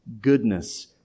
goodness